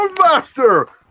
master